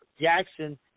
Jackson